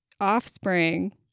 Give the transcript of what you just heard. offspring